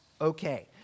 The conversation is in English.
Okay